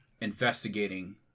investigating